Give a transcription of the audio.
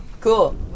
Cool